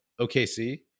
OKC